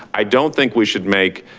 i don't think we should make,